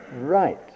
right